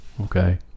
Okay